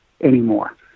anymore